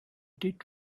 did